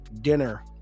dinner